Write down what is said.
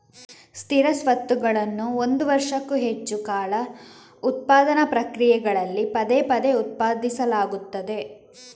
ಸ್ಥಿರ ಸ್ವತ್ತುಗಳನ್ನು ಒಂದು ವರ್ಷಕ್ಕೂ ಹೆಚ್ಚು ಕಾಲ ಉತ್ಪಾದನಾ ಪ್ರಕ್ರಿಯೆಗಳಲ್ಲಿ ಪದೇ ಪದೇ ಉತ್ಪಾದಿಸಲಾಗುತ್ತದೆ